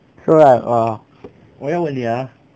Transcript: so right err 我要问你啊